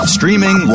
Streaming